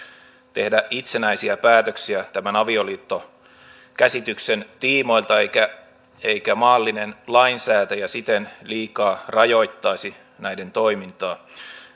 tehdä itsenäisiä päätöksiä tämän avioliittokäsityksen tiimoilta eikä eikä maallinen lainsäätäjä siten liikaa rajoittaisi näiden toimintaa